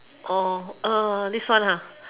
this one